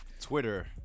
twitter